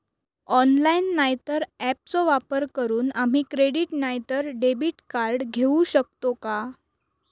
Online नाय तर ऍपचो वापर करून आम्ही क्रेडिट नाय तर डेबिट कार्ड घेऊ शकतो का?